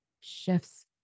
shifts